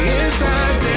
inside